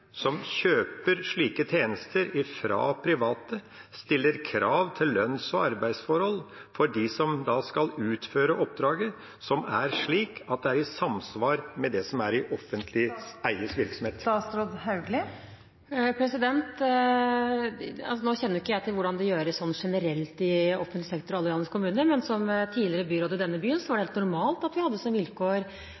som kjøper slike tjenester fra private, stiller krav til lønns- og arbeidsforhold for dem som skal utføre oppdraget, som er slik at de samsvarer med dem som er i offentlig eies virksomhet? Nå kjenner ikke jeg til hvordan det gjøres generelt i offentlig sektor i alle kommuner, men som tidligere byråd i denne byen så jeg at det var helt normalt at vi hadde som vilkår at det